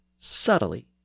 subtly